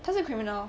他是 criminal